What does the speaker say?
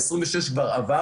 ה-26 כבר עבר.